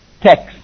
text